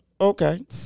Okay